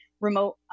remote